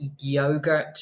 Yogurt